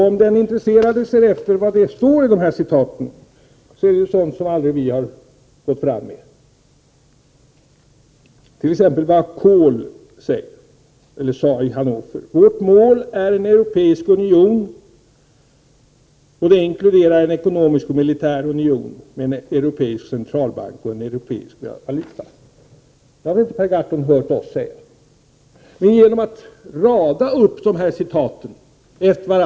Om den intresserade ser efter vad som står i de här citaten, finner han att det är sådant som vi aldrig har fört fram, t.ex. vad Kohl sade i Hannover: ”Vårt mål är en europeisk union, och det inkluderar en ekonomisk och militär union med en europeisk centralbank och en europeisk valuta.” Det har inte Per Gahrton hört oss säga. Men man radar upp de här citaten efter Prot.